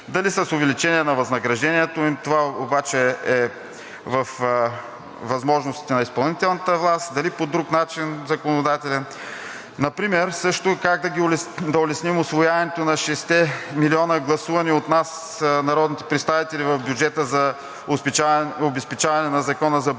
дали с увеличение на възнаграждението им това обаче е във възможностите на изпълнителната власт, дали по друг законодателен начин. Например също как да улесним усвояването на шестте милиона, гласувани от нас народните представители в бюджета за обезпечаване на Закона за българския